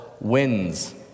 wins